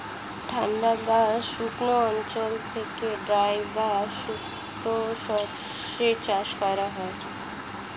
ঠান্ডা বা শুকনো অঞ্চলগুলিতে ড্রাই বা শুষ্ক শস্য চাষ করা হয়